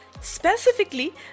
specifically